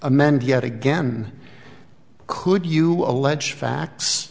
amend yet again could you allege facts